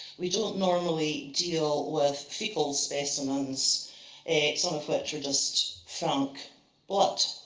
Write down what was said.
we don't normally deal with faecal specimens some of which were just frank but